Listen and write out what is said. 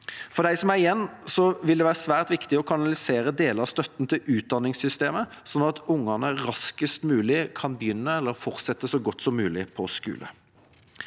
For dem som er igjen, vil det være svært viktig at en kanaliserer deler av støtten til utdanningssystemet, sånn at ungene raskest mulig kan begynne, eller så godt som mulig fortsette,